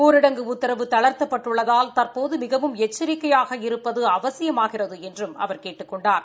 ஊரடங்கு உத்தரவுகள் தளாத்தப்பட்டுள்ளதால் தற்போது மிகவும் எச்சிக்கையாக இருப்பது அவசியமாகிறது என்றும் அவர் கேட்டுக் கொண்டார்